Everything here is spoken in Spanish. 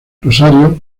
rosario